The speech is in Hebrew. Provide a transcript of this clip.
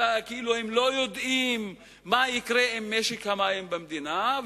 כאילו הם לא יודעים מה יקרה עם משק המים במדינה,